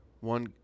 One